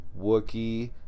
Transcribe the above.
Wookie